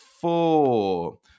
four